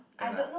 and like